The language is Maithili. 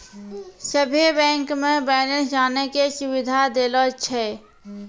सभे बैंक मे बैलेंस जानै के सुविधा देलो छै